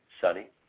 sunny